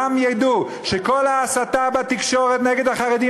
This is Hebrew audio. שכולם ידעו שכל ההסתה בתקשורת נגד החרדים